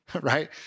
right